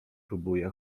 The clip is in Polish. próbuje